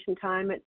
time